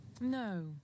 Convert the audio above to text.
No